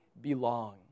belong